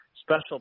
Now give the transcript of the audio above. special